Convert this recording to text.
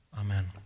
Amen